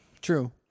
True